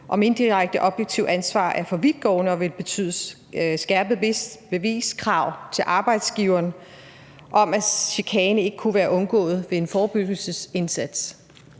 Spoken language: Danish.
om indirekte objektivt ansvar er for vidtgående og vil betyde skærpede krav til arbejdsgiveren om bevis for, at chikane ikke kunne have været undgået ved en forebyggelsesindsats.